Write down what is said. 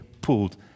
pulled